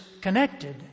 connected